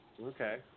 Okay